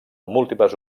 múltiples